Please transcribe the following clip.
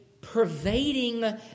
pervading